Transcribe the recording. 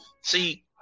See